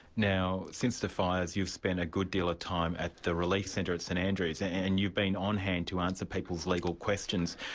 now since the fires, you've spent a good deal of ah time at the relief centre at st andrews, and you've been on hand to answer people's legal questions.